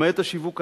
למעט השיווק הנ"ל,